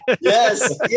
yes